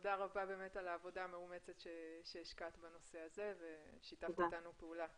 תודה רבה על העבודה המאומצת שהשקעת בנושא ושיתפת אתנו פעולה.